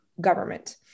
government